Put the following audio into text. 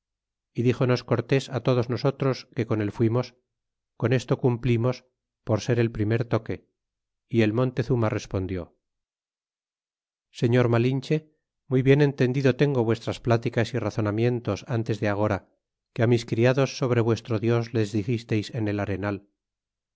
e díxonos cortés á todos nosotros que con él fuimos con esto cumplimos por ser el primer toque y el montezuma respondió señor malinche muy bien entendido tengo vuestras pláticas y razonamientos antes de agora que á mis criados sobre vuestro dios les dixisteis en el arenal